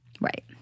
Right